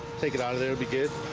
take it out of there be good